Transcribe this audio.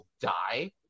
die